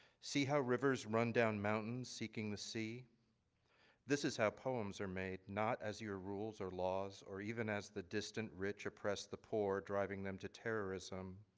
see how rivers run down mountains seeking to see this is how poems are made not as your rules or laws or even as the distant rich oppress the poor driving them to terrorism,